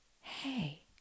Hey